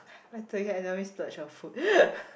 I thought you had normally splurge on food